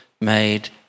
made